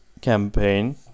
campaign